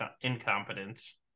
incompetence